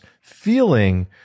feeling